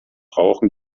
rauchen